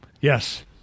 Yes